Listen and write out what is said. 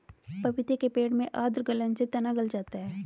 पपीते के पेड़ में आद्र गलन से तना गल जाता है